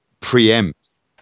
preempts